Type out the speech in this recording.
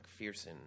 McPherson